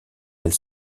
elle